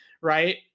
Right